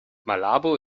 malabo